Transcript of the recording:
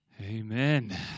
Amen